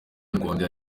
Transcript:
inyarwanda